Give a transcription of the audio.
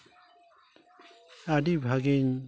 ᱟᱹᱰᱤ ᱵᱷᱟᱜᱮᱧ